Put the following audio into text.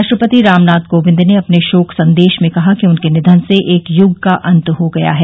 राष्ट्रपति रामनाथ कोविंद ने अपने शोक संदेश में कहा कि उनके निधन से एक युग का अंत हो गया है